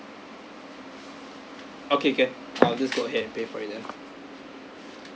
okay can I'll just go ahead and pay for it then